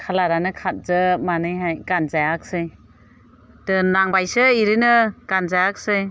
कालारानो खारजोबनानै गानजायाखिसै दोननांबायसो एरैनो गानजायाखिसै